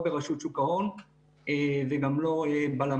ברשות שוק ההון וגם בהלמ"ס,